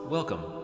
Welcome